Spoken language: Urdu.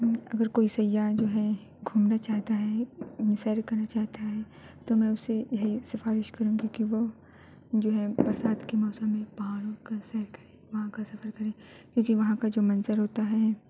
اگر کوئی سیاح جو ہے گھومنا چاہتا ہے سیر کرنا چاہتا ہے تو میں اسے یہی سفارش کروں گی کہ وہ جو ہے برسات کے موسم میں پہاڑوں کا سیر کریں وہاں کا سفر کریں کیونکہ وہاں کا جو منظر ہوتا ہیں